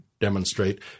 demonstrate